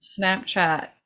Snapchat